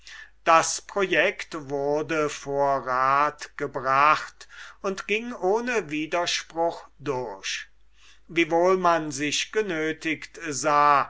das project wurde vor rat gebracht und passierte ohne widerspruch wiewohl man sich genötigt sah